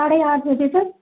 साढ़े आठ बजे तक